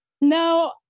no